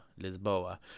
Lisboa